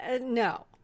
No